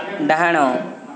ଡାହାଣ